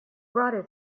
brought